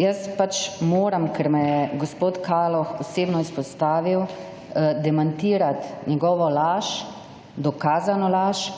Jaz pač moram, ker me je gospod Kaloh osebno izpostavil, demantirati njegovo laž, dokazano laž,